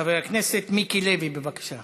חבר הכנסת מיקי לוי, בבקשה.